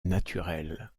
naturelle